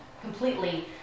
completely